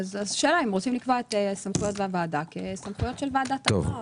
השאלה אם רוצים לקבוע את סמכויות הוועדה כסמכויות של ועדת ערר.